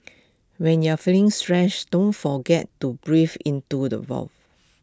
when you are feeling stressed don't forget to breathe into the